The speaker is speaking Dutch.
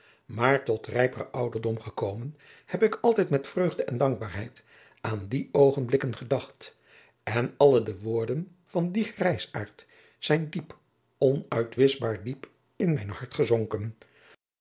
maar tot rijperen ouderdom gekomen heb ik altijd met vreugde en dankbaarheid aan die oogenblikken gedacht en alle de woorden van dien grijsaard zijn diep onuitwischbaar diep in mijn hart gezonken